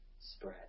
spread